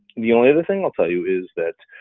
the only other thing i'll tell you is that